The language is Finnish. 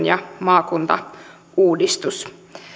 ja maakuntauudistus